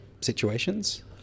situations